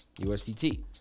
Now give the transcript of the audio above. USDT